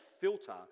filter